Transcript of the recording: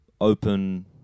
open